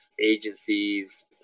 agencies